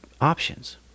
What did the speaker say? options